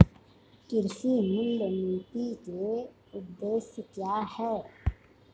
कृषि मूल्य नीति के उद्देश्य क्या है?